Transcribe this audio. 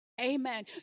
Amen